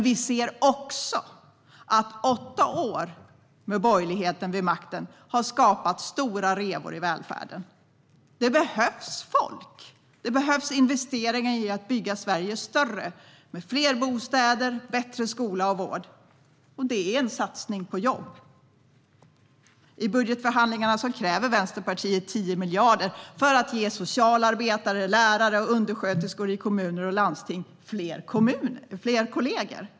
Vi ser också att åtta år med borgerligheten vid makten har skapat stora revor i välfärden. Det behövs folk, och det behövs investeringar för att bygga Sverige större med fler bostäder och bättre skola och vård. Det är också en satsning på jobb. I budgetförhandlingarna kräver Vänsterpartiet 10 miljarder för att ge socialarbetare, lärare och undersköterskor i kommuner och landsting fler kollegor.